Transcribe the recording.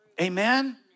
Amen